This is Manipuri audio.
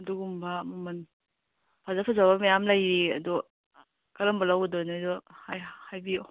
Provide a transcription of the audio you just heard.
ꯑꯗꯨꯒꯨꯝꯕ ꯃꯃꯜ ꯐꯖ ꯐꯖꯕ ꯃꯌꯥꯝ ꯂꯩꯔꯤ ꯑꯗꯣ ꯀꯔꯝꯕ ꯂꯧꯒꯗꯣꯏꯅꯣ ꯍꯥꯏꯗꯣ ꯍꯥꯏꯕꯤꯌꯨ